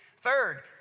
Third